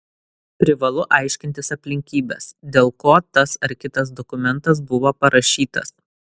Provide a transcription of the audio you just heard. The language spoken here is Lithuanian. privalu aiškintis aplinkybes dėl ko tas ar kitas dokumentas buvo parašytas